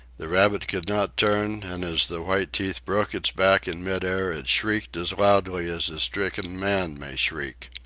the rabbit could not turn, and as the white teeth broke its back in mid air it shrieked as loudly as a stricken man may shriek.